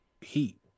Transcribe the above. heat